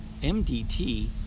MDT